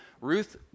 Ruth